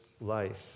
life